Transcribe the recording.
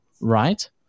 right